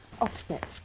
opposite